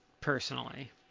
personally